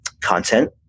Content